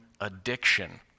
addiction